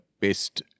best